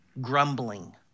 Grumbling